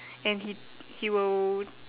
and he he will